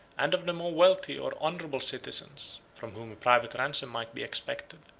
and of the more wealthy or honorable citizens, from whom a private ransom might be expected,